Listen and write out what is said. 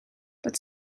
but